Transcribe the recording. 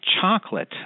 chocolate